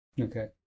Okay